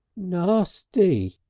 nasty!